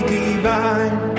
divine